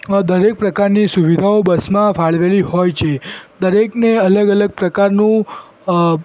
આવા દરેક પ્રકારની સુવિધાઓ બસમાં ફાળવેલી હોય છે દરેકને અલગ અલગ પ્રકારનું